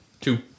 Two